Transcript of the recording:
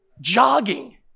jogging